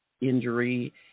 injury